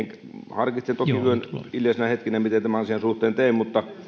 harkitsen toki yön hiljaisina hetkinä miten tämän asian suhteen teen mutta